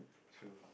true